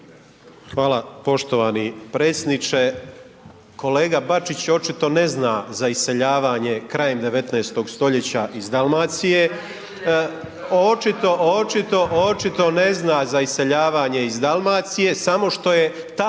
Hvala poštovani predsjedniče. Kolega Bačić očito ne zna za iseljavanje krajem 19. stoljeća iz Dalmacije. Očito, očito ne zna za iseljavanje iz Dalmacije samo što je